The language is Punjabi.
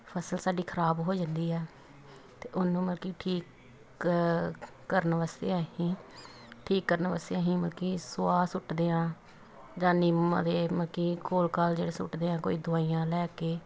ਫ਼ਸਲ ਸਾਡੀ ਖ਼ਰਾਬ ਹੋ ਜਾਂਦੀ ਆ ਅਤੇ ਉਹਨੂੰ ਮਲਕੀ ਠੀਕ ਕਰਨ ਵਾਸਤੇ ਅਸੀਂ ਠੀਕ ਕਰਨ ਵਾਸਤੇ ਅਸੀਂ ਮਲਕੀ ਸਵਾਹ ਸੁੱਟਦੇ ਹਾਂ ਜਾਂ ਨਿੰਮ ਦੇ ਮਲਕੀ ਘੋਲ ਘਾਲ ਜਿਹੜੇ ਸੁੱਟਦੇ ਆ ਕੋਈ ਦਵਾਈਆਂ ਲੈ ਕੇ